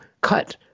cut